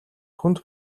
хүнд